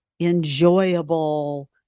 Enjoyable